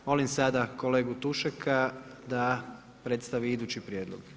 Molim sada kolegu Tušeka da predstavi idući prijedlog.